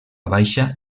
baixa